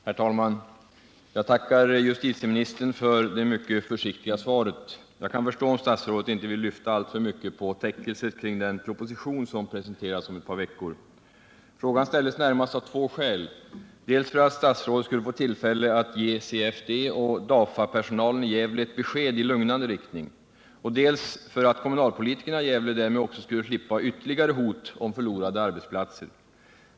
Herr talman! Jag tackar justitieministern för det mycket försiktiga svaret. Jag kan förstå om statsrådet inte vill lyfta alltför mycket på täckelset kring den proposition som presenteras om ett par veckor. Frågan ställdes närmast av två skäl: dels för att statsrådet skulle få tillfälle att ge CFD och DAFA personalen i Gävle ett besked i lugnande riktning, dels för att kommunalpolitikerna i Gävle därmed också skulle slippa ytterligare hot om förlorade arbetsplatser.